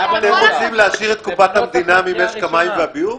אתם רוצים להעשיר את קופת המדינה ממשק המים והביוב?